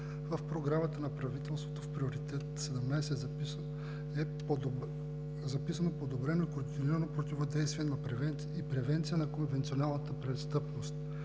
В Програмата на правителството в Приоритет 17 е записано: „Подобрено координирано противодействие и превенция на конвенционалната престъпност“.